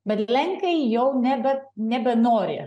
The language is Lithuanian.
bet lenkai jau nebe nebenori